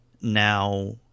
now